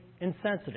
insensitive